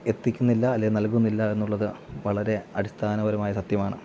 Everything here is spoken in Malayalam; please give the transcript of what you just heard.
എത്തിക്കുന്നില്ല അല്ലെങ്കില് നൽകുന്നില്ല എന്നുള്ളത് വളരെ അടിസ്ഥാനപരമായ സത്യമാണ്